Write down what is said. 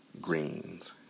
greens